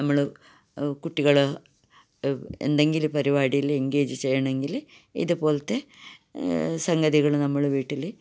നമ്മള് കുട്ടികള് എന്തെങ്കിലും പരിപാടികൾ എൻഗേജ് ചെയ്യണങ്കില് ഇത്പോലത്തെ സംഗതികൾ നമ്മള് വീട്ടില്